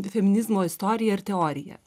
feminizmo istoriją ir teoriją